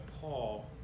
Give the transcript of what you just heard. Paul